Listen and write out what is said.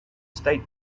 state